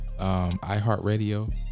iHeartRadio